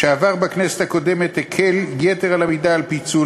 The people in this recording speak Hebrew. שעבר בכנסת הקודמת הקל יתר על המידה על פיצול,